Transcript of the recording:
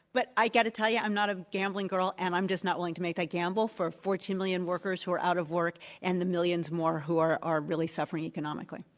but i've got to tell you, i'm not a gambling girl, and i'm just not willing to make that gamble for forty two million workers who are out of work and the millions more who are are really suffering economically.